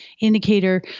indicator